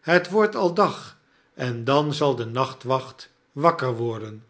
het wordt al dag en dan zal de nachtwacht wakker worden